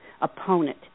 opponent